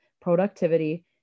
productivity